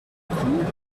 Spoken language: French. coup